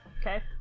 okay